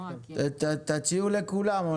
תציעו לכולם.